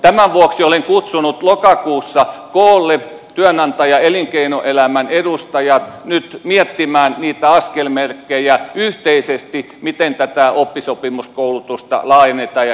tämän vuoksi olen kutsunut lokakuussa koolle työnantajan elinkeinoelämän edustajat nyt miettimään niitä askelmerkkejä yhteisesti miten tätä oppi sopimuskoulutusta laajennetaan ja kehitetään